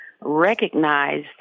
Recognize